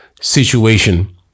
situation